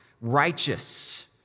righteous